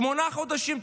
שמונה חודשים,